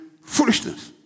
foolishness